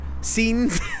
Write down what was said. scenes